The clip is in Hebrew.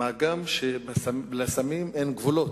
מה גם שלסמים אין גבולות.